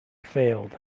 failed